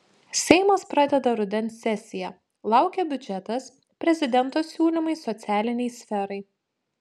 seimas pradeda rudens sesiją laukia biudžetas prezidento siūlymai socialinei sferai